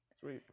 sweet